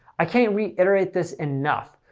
i can't reiterate this enough.